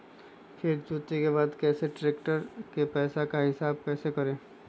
खेत जोते के बाद कैसे ट्रैक्टर के पैसा का हिसाब कैसे करें?